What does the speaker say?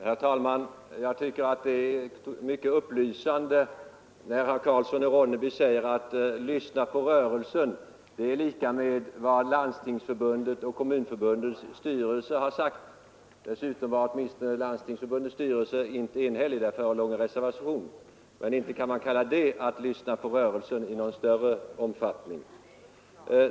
Herr talman! Jag tycker att det är mycket upplysande när herr Karlsson i Ronneby säger att lyssna på rörelsen — det är lika med att lyssna på vad Landstingsförbundets och Kommunförbundets styrelser har sagt. Dessutom var åtminstone Landstingsförbundets styrelse inte enhällig; där förelåg en reservation. Men inte kan man kalla detta att lyssna på rörelsen i någon större omfattning.